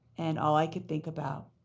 and all i could think about